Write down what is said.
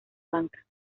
banca